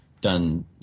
done